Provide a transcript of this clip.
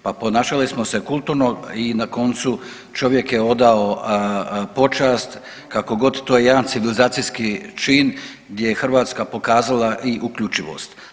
Pa ponašali smo se kulturno i na koncu čovjek je odao počast kako je to god jedan civilizacijski čin gdje je Hrvatska pokazala i uključivost.